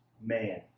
man